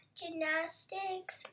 gymnastics